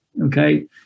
Okay